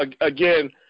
Again